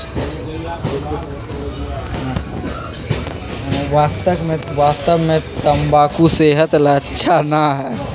वास्तव में तंबाकू सेहत ला अच्छा ना है